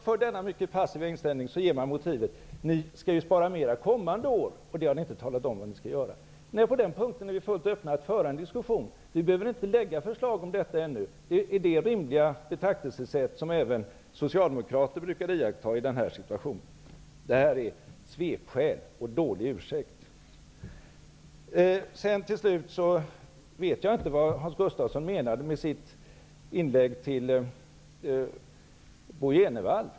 För denna mycket passiva inställning ger man motivet: Ni skall ju spara mer kommande år, och ni har inte talat om vad ni skall göra. På den punkten är vi öppna att föra en diskussion. Vi behöver ännu inte lägga fram förslag om detta. Det är det rimliga betraktelsesätt som även socialdemokrater brukade iaktta i denna situation. Detta är svepskäl och dålig ursäkt. Jag vet inte vad Hans Gustafsson menade med sitt inlägg till Bo G Jenevall.